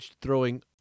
throwing